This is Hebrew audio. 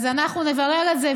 אז אנחנו נברר את זה,